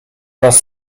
raz